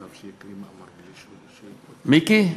מיקי?